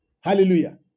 Hallelujah